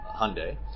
Hyundai